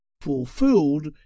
Fulfilled